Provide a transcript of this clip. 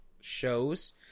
shows